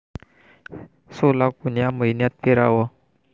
सोला कोन्या मइन्यात पेराव?